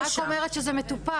אני רק אומרת שזה מטופל.